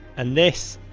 and this,